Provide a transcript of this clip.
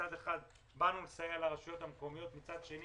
מצד אחד באנו לסייע לרשויות המקומיות, ומצד שני